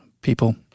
people